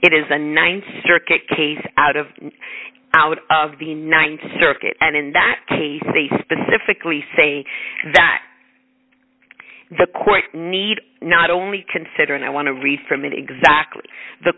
it is the th circuit case out of out of the th circuit and in that case they specifically say that the court need not only consider and i want to read from it exactly the